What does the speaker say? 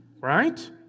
Right